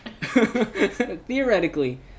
theoretically